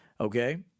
okay